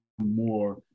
more